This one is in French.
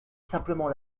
simplement